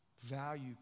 value